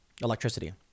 electricity